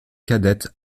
cadette